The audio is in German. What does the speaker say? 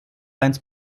eins